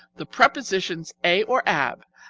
the prepositions a or ab,